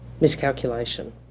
miscalculation